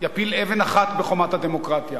יפיל אבן אחת בחומת הדמוקרטיה.